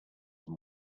than